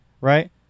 right